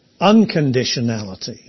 unconditionality